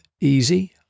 easy